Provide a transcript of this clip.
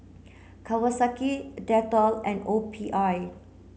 Kawasaki Dettol and O P I